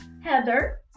Heather